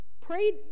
prayed